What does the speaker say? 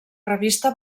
revista